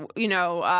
and you know,